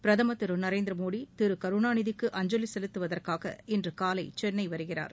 பிரதமர் திரு நரேந்திரமோடி திரு கருணாநிதிக்கு அஞ்சலி செலுத்துவதற்காக இன்று காலை சென்னை வருகிறார்